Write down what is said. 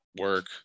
work